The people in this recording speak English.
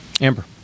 amber